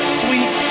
sweet